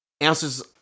Answers